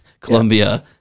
Colombia